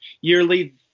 yearly